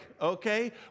okay